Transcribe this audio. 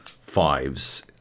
fives